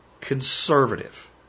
conservative